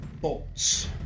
bolts